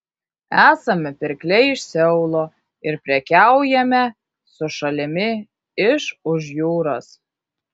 esame pirkliai iš seulo ir prekiaujame su šalimi iš už jūros